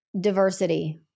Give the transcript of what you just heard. Diversity